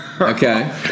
Okay